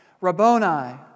Rabboni